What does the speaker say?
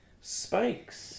spikes